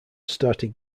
started